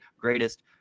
greatest